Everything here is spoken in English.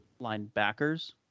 Linebackers